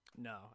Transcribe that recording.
No